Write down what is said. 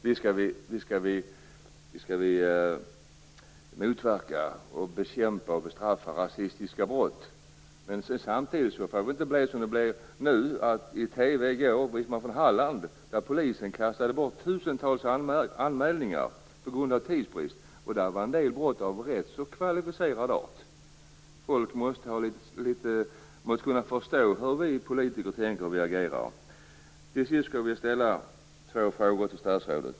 Visst skall vi motverka, bekämpa och bestraffa rasistiska brott. Samtidigt får det inte bli som det är i Halland och som visades på TV i går, där Polisen av tidsbrist får kasta bort tusentals anmälningar. En del av dessa brott var av ganska kvalificerad art. Folk måste kunna förstå hur vi politiker tänker och reagerar. Till sist skulle jag vilja ställa två frågor till statsrådet.